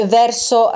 verso